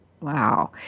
Wow